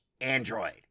android